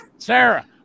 Sarah